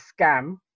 scam